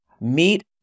Meet